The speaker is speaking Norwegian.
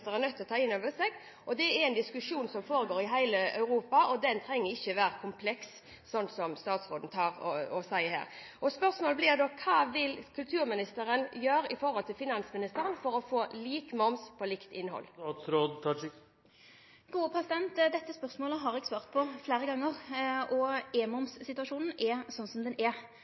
en diskusjon som foregår i hele Europa, og den trenger ikke være kompleks, slik som statsråden sier her. Spørsmålet blir da: Hva vil kulturministeren gjøre overfor finansministeren for å få lik moms på likt innhold? Dette spørsmålet har eg svart på fleire gonger. E-momssituasjonen er slik som han er.